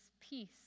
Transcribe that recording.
peace